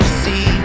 see